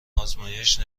آزمایش